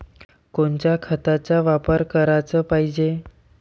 कोनच्या खताचा वापर कराच पायजे?